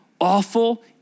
awful